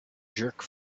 jerk